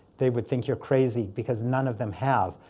they would think you're crazy, because none of them have.